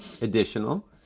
Additional